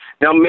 Now